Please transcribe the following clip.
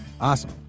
awesome